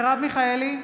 מרב מיכאלי,